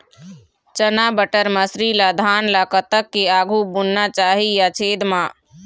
चना बटर मसरी ला धान ला कतक के आघु बुनना चाही या छेद मां?